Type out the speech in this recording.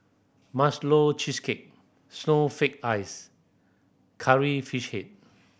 Marshmallow Cheesecake Snowflake Ice Curry Fish Head